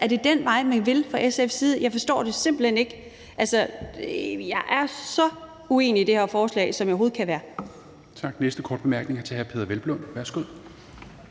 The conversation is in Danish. Er det den vej, man vil gå fra SF's side? Jeg forstår det simpelt hen ikke. Jeg er så uenig i det her forslag, som jeg overhovedet kan være. Kl. 17:30 Fjerde næstformand (Rasmus